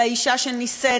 לאישה שנישאת,